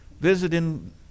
Visiting